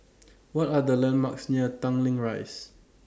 What Are The landmarks near Tanglin Rise